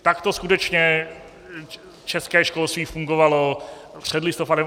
Takto skutečně české školství fungovalo před listopadem 1989.